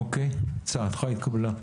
אוקיי, הצעתך התקבלה.